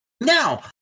Now